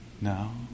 now